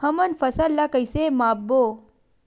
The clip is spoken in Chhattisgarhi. हमन फसल ला कइसे माप बो?